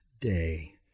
day